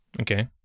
Okay